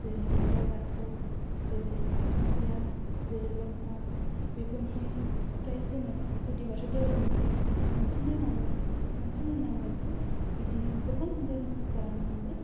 जेरै बिबार बाथौ जेरै ख्रिस्टियान जेरै ब्रह्म बेफोरनिफ्राय जोङो गुदि बाथौ धोरोमनि उनावनो मोनसेनि उनाव मोनसे मोनसेनि उनाव मोनसे बिदिनो गोबां धोरोम जालांनो हमदों